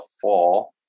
fall